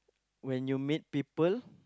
when you meet people